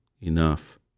enough